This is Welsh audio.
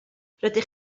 rydych